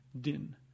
din